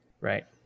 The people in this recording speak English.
right